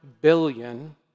billion